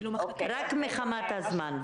רק מחמת הזמן.